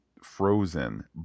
frozen